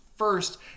first